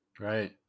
Right